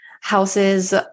houses